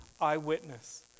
eyewitness